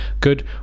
good